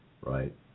Right